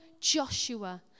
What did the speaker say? Joshua